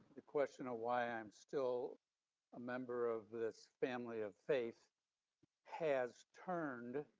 the question of why i'm still a member of this family of faith has turned